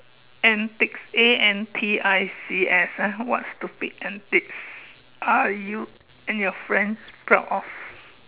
antics A N T I C S what stupid antics are you and your friends most proud of